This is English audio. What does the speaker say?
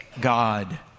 God